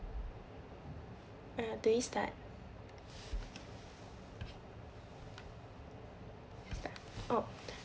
uh do we start oh